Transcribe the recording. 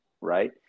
Right